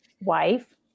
wife